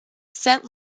set